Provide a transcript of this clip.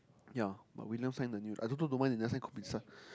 ya but we never sign the new I don't know why they don't sign